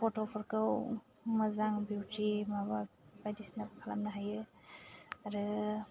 फट'फोरखौ मोजां बिउटि माबा बायदिसिना खालामनो हायो आरो